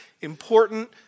important